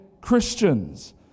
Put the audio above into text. Christians